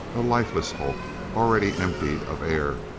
a lifeless hulk, already empty of air,